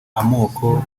amoko